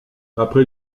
après